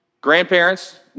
grandparents